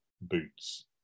boots